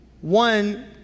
One